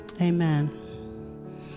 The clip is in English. Amen